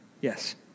Yes